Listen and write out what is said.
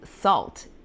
salt